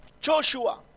joshua